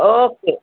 okay